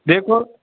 देखो